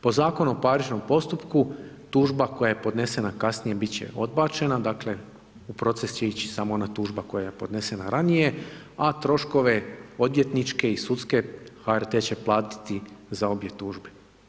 Po Zakonu o parničnom postupku, tužba koja je podnesena kasnije, bit će dobačena dakle u proces će ići samo ona tužba koja je podnesena ranije a troškove odvjetničke i sudske, HRT će platiti za obje tužbe.